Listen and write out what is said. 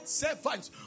servants